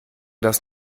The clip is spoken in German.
das